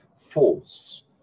force